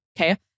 okay